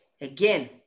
again